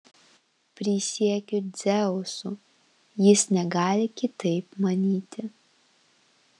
prisiekiu dzeusu jis negali kitaip manyti